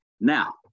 Now